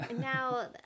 Now